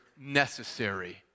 necessary